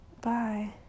Bye